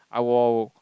I will